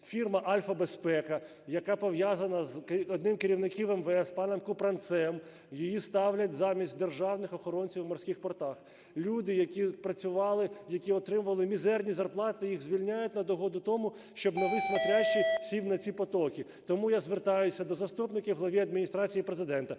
Фірма "Альфа Безпека", яка пов'язана з одним з керівників МВС паном Купранцем, її ставлять замість державних охоронців в морських портах. Люди, які працювали, які отримували мізерні зарплати, їх звільняють на догоду тому, щоб новий "смотрящий" сів на ці потоки. Тому я звертаюся до заступників Голови Адміністрації Президента.